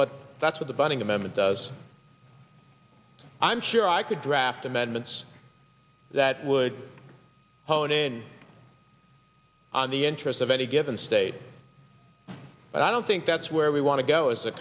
but that's what the bunning amendment does i'm sure i could draft amendments that would hone in on the interest of any given state but i don't think that's where we want to go as